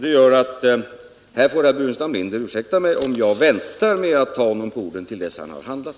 Detta gör att herr Burenstam Linder får ursäkta mig om jag väntar med att ta honom på orden till dess att han har handlat.